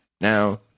Now